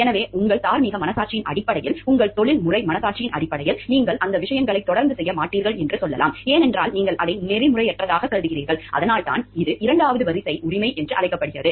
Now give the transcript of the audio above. எனவே உங்கள் தார்மீக மனசாட்சியின் அடிப்படையில் உங்கள் தொழில்முறை மனசாட்சியின் அடிப்படையில் நீங்கள் அந்த விஷயங்களைத் தொடர்ந்து செய்ய மாட்டீர்கள் என்று சொல்லலாம் ஏனென்றால் நீங்கள் அதை நெறிமுறையற்றதாகக் கருதுகிறீர்கள் அதனால்தான் இது இரண்டாவது வரிசை உரிமை என்று அழைக்கப்படுகிறது